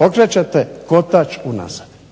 okrećete kotač unazad.